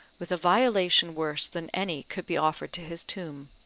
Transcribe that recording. with a violation worse than any could be offered to his tomb.